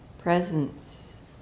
presence